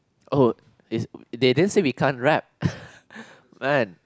oh is they didn't say we can't rap man